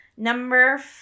Number